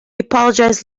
apologised